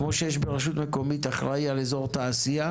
כמו שיש ברשות מקומית אחראי על אזור תעשייה